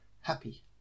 happy